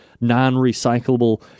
non-recyclable